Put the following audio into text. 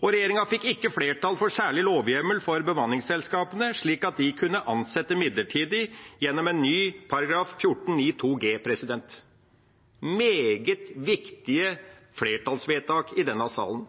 og regjeringa fikk ikke flertall for særlig lovhjemmel for bemanningsselskapene slik at de kunne ansette midlertidig gjennom en ny § 14-9 g. Det var meget viktige flertallsvedtak i denne salen.